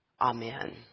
Amen